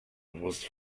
was